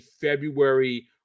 February